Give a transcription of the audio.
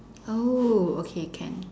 oh okay can